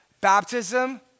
Baptism